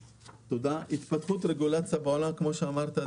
התפתחות רגולציה בעולם כמו שאמרת,